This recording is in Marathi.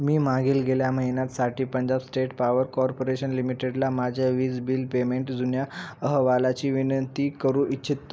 मी मागील गेल्या महिन्यात साठी पंजाब स्टेट पॉवर कॉर्पोरेशन लिमिटेडला माझ्या वीज बिल पेमेंट जुन्या अहवालाची विनंती करू इच्छितो